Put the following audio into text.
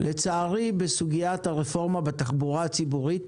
לצערי בסוגיית הרפורמה בתחבורה הציבורית,